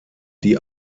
die